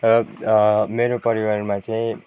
मेरो परिवारमा चाहिँ